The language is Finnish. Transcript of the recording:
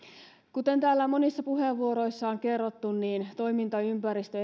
kuten täällä monissa puheenvuoroissa on kerrottu niin ensihoitajien toimintaympäristö